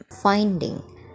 Finding